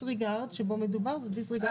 בסיסית בשיעור של 50% מקצבת יחיד מלאה.";